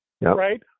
Right